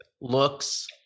looks